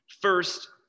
First